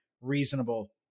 reasonable